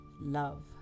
love